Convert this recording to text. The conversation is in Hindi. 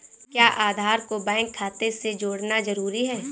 क्या आधार को बैंक खाते से जोड़ना जरूरी है?